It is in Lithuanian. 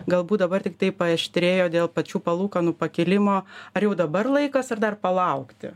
galbūt dabar tiktai paaštrėjo dėl pačių palūkanų pakėlimo ar jau dabar laikas ir dar palaukti